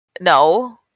No